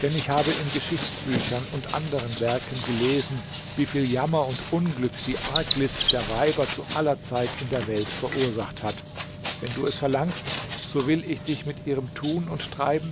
denn ich habe in geschichtsbüchern und anderen werken gelesen wie viel jammer und unglück die arglist der weiber zu aller zeit in der welt verursacht hat wenn du es verlangst so will ich dich mit ihrem tun und treiben